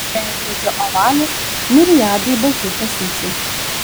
veidrodžio ovale miriadai baltų kasyčių